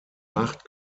macht